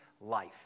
life